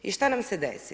I šta nam se desi?